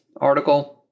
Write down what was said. article